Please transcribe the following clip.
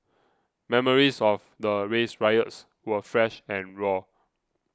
memories of the race riots were fresh and raw